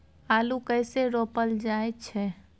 आलू कइसे रोपल जाय छै?